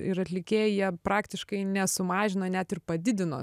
ir atlikėjai jie praktiškai nesumažino net ir padidino